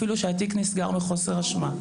אפילו שהתיק נסגר מחוסר אשמה,